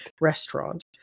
restaurant